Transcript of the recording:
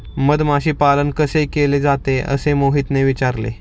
मधमाशी पालन कसे केले जाते? असे मोहितने विचारले